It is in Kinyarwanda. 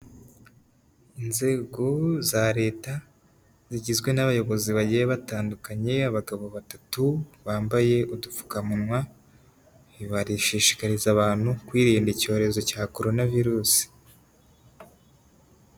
Inzego za leta, zigizwe n'abayobozi bagiye batandukanye, abagabo batatu bambaye udupfukamunwa, barishishikariza abantu kwirinda icyorezo cya korona virusi.